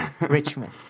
Richmond